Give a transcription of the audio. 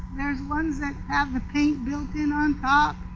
there's ones that have the paint built in on top.